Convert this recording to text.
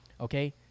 okay